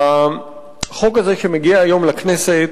החוק הזה שמגיע היום לכנסת,